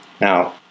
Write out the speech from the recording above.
Now